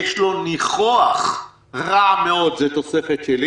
יש לו ניחוח רע מאוד זו תוספת שלי